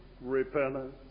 repentance